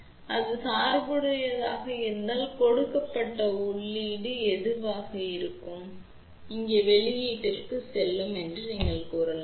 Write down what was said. எனவே சுவிட்ச் இங்கே முன்னோக்கி சார்புடையதாக இருக்கும்போது அது முன்னோக்கி சார்புடையதாக இருந்தால் கொடுக்கப்பட்ட உள்ளீடு எதுவாக இருந்தாலும் அது இங்கே வெளியீட்டிற்குச் செல்லும் என்று நீங்கள் கூறலாம்